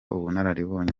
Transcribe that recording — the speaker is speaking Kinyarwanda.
ubunararibonye